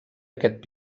aquest